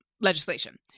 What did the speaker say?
legislation